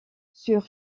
sur